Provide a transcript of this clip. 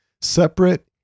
separate